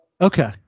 Okay